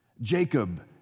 Jacob